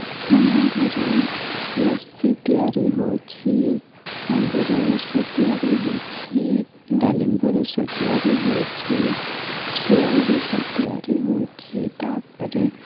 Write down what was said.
ଆମ ଘରେ ଲସି ତିଆରି ହେଉଛି ଅଙ୍ଗୁର ରସ ତିଆରି ହେଉଛି ଡାଲିମ୍ବ ରସ ତିଆରି ହେଉଛି ସେଓ ରସ ତିଆରି ହେଉଛି ତାପରେ